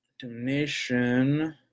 Donation